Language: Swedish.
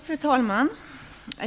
Fru talman!